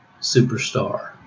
superstar